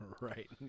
right